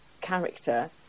character